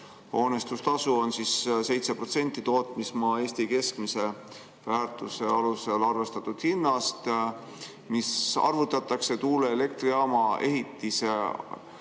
hoonestustasu on 7% tootmismaa Eesti keskmise väärtuse alusel arvutatud hinnast, mis arvutatakse tuuleelektrijaama ehitisealusest